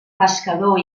pescador